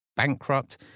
bankrupt